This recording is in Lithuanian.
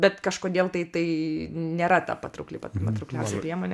bet kažkodėl tai tai nėra ta patraukli pati patraukliausia priemonė